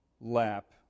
lap